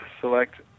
select